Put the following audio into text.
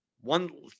One